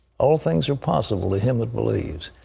all things are possible to him that believes.